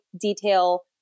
detail